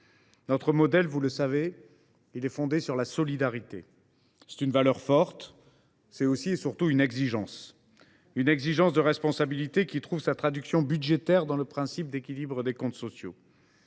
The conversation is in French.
Notre modèle, vous le savez, est fondé sur la solidarité. Ce n’est plus vrai ! C’est une valeur forte. C’est aussi et surtout une exigence de responsabilité, qui trouve sa traduction budgétaire dans le principe d’équilibre des comptes sociaux.